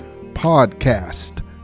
podcast